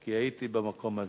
כי הייתי במקום הזה.